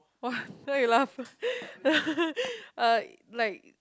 !wah! why you laugh uh like